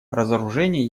разоружение